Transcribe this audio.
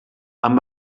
han